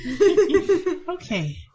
Okay